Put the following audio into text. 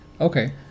Okay